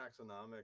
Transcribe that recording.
taxonomic